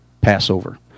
Passover